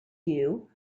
you